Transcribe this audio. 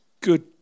good